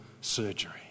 surgery